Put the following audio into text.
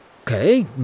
Okay